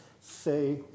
say